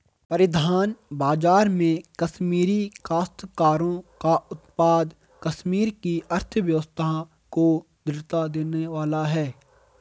परिधान बाजार में कश्मीरी काश्तकारों का उत्पाद कश्मीर की अर्थव्यवस्था को दृढ़ता देने वाला है